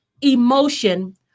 emotion